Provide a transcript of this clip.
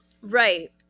right